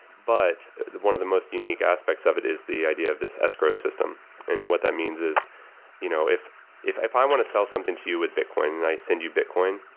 but one of the most unique aspects of it is the idea of this escrow system and what that means is you know if if i want to sell something to you with bitcoin and i send you bitcoin,